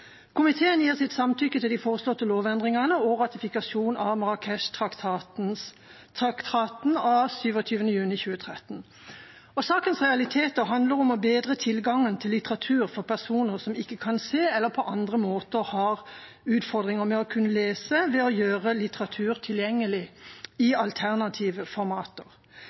Komiteen gir sitt samtykke til de foreslåtte lovendringene og ratifikasjon av Marrakechtraktaten av 27. juni 2013. Sakens realiteter handler om å bedre tilgangen til litteratur for personer som ikke kan se, eller på andre måter har utfordringer med å kunne lese, ved å gjøre litteratur tilgjengelig i alternative formater.